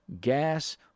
gas